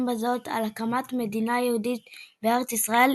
בזאת על הקמת מדינה יהודית בארץ־ישראל,